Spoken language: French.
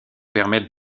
permettre